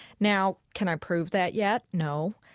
now, can i prove that yet? no.